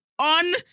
On